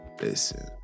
Listen